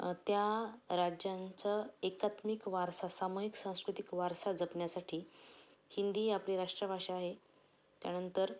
त्या राज्यांचं एकात्मिक वारसा सामूहिक सांस्कृतिक वारसा जपण्यासाठी हिंदी आपली राष्ट्रभाषा आहे त्यानंतर